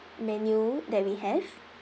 menu that we have